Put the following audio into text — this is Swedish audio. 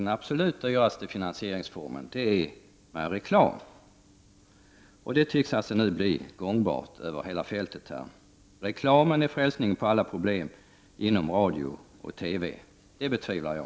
Den absolut dyraste finansieringsformen är reklam. Nu tycks det alltså bli gångbart över hela fältet. Att reklamen skulle vara frälsning från alla problem inom radio och TV betvivlar jag.